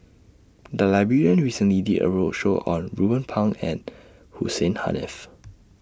The Library recently did A roadshow on Ruben Pang and Hussein Haniff